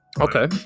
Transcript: okay